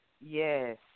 Yes